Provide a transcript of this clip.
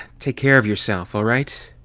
take care of yourself, alright,